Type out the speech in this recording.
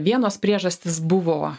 vienos priežastys buvo